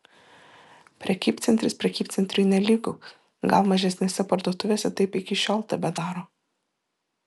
prekybcentris prekybcentriui nelygu gal mažesnėse parduotuvėse taip iki šiol tebedaro